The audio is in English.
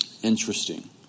interesting